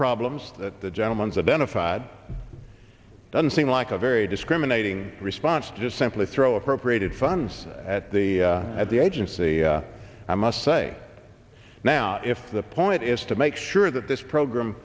problems that the gentleman's identified doesn't seem like a very discriminating response to simply throw appropriated funds at the at the agency i must say now if the point is to make sure that this program